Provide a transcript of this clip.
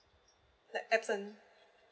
like absent